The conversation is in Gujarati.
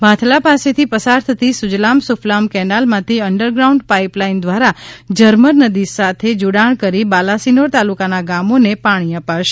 ભાંથલા પાસેથી પસાર થતી સુજલામ સુફલામ કેનાલમાંથી અંડર ગ્રાઉન્ડ પાઇપ લાઇન દ્વારા ઝરમર નદી સાથે જોડાણ કરી બાલાસિનોર તાલુકાના ગામોને પાણી અપાશે